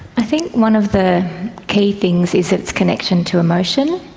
i think one of the key things is its connection to emotion.